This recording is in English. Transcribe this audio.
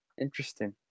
Interesting